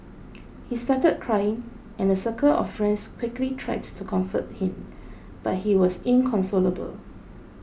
he started crying and a circle of friends quickly tried to comfort him but he was inconsolable